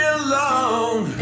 alone